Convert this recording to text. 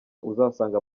uzasanga